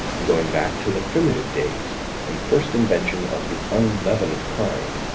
going back to the primitive days and first invention of the unleavened kind,